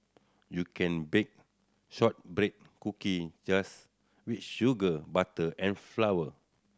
you can bake shortbread cookie just with sugar butter and flour